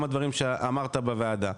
גם הדברים שאמרת בוועדה,